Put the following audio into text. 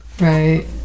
Right